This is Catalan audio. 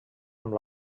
amb